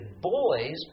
boys